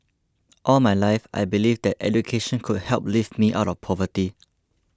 all my life I believed that education could help lift me out of poverty